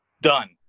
Done